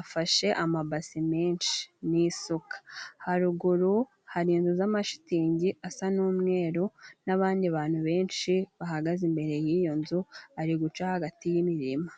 Afashe amabasi menshi n'isuka. Haruguru hari inzu zamashitingi asa n'umweru, n'abandi bantu benshi bahagaze imbere y'iyo nzu, ari guca hagati y'imirima.